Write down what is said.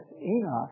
Enoch